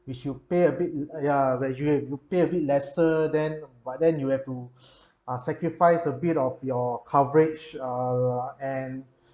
which you pay a bit ya graduate you pay a bit lesser then but then you have to uh sacrifice a bit of your coverage err and